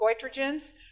goitrogens